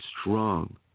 strong